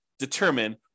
determine